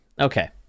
okay